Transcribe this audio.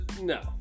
No